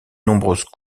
nombreuses